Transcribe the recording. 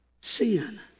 sin